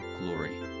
glory